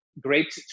great